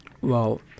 Wow